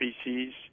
species